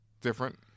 different